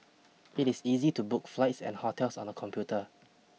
it is easy to book flights and hotels on the computer